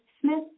Smith